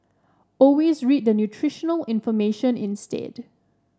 always read the nutritional information instead